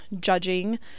judging